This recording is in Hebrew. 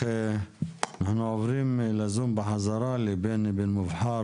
אנחנו עוברים לבני בן מובחר,